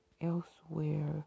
elsewhere